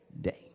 day